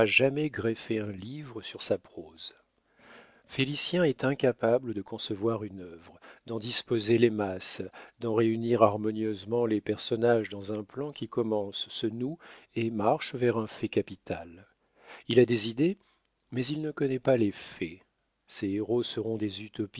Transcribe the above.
jamais greffer un livre sur sa prose félicien est incapable de concevoir une œuvre d'en disposer les masses d'en réunir harmonieusement les personnages dans un plan qui commence se noue et marche vers un fait capital il a des idées mais il ne connaît pas les faits ses héros